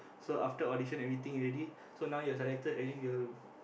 so after audition everything already so now you selected already you'll